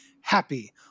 happy